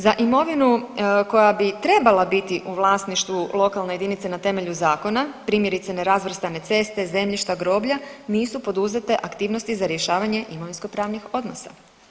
Za imovinu koja bi trebala biti u vlasništvu lokalne jedinice na temelju zakona, primjerice, nerazvrstane ceste, zemljišta, groblja, nisu poduzete aktivnosti za rješavanje imovinskopravnih odnosa.